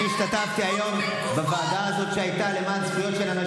תתביישי לך, תתביישי לך.